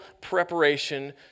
preparation